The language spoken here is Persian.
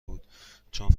بود، چون